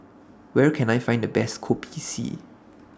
Where Can I Find The Best Kopi C